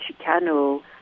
Chicano